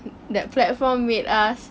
that platform made us connect